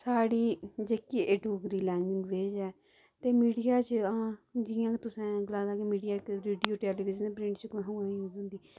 साढ़ी जेह्की एह् डोगरी लैंग्वेज़ ऐ ते मीडिया च जि'यां तुसें गलाये दा की मीडिया च प्रिंट मीडिया च टेलीविज़न रेडियो